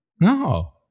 No